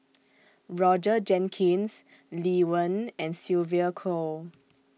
Roger Jenkins Lee Wen and Sylvia Kho